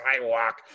sidewalk